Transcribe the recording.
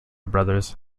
brothers